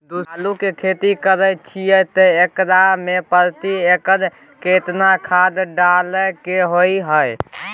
आलू के खेती करे छिये त एकरा मे प्रति एकर केतना खाद डालय के होय हय?